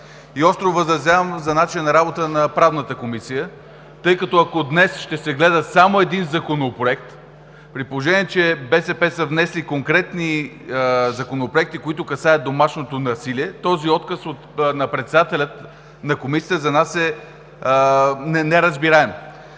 Остро възразявам за начина на работа на Правната комисия, тъй като ако днес ще се гледа само един законопроект, при положение че БСП са внесли конкретни законопроекти, които касаят домашното насилие, този отказ на председателя на Комисията за нас е неразбираем.